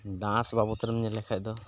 dance ᱵᱟᱵᱚᱫ ᱨᱮᱢ ᱧᱮᱞ ᱞᱮᱠᱷᱟᱱ ᱫᱚ